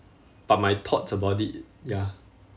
but my thoughts about it ya